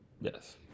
Yes